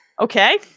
Okay